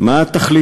רבותי, אותם חברים